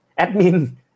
Admin